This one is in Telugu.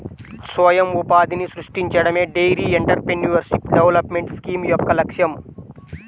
స్వయం ఉపాధిని సృష్టించడమే డెయిరీ ఎంటర్ప్రెన్యూర్షిప్ డెవలప్మెంట్ స్కీమ్ యొక్క లక్ష్యం